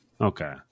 Okay